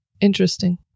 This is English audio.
Interesting